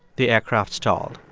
the aircraft stalled.